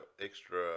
extra